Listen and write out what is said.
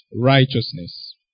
righteousness